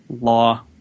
law